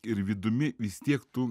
ir vidumi vis tiek tu